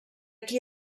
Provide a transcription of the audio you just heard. qui